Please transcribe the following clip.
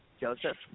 Joseph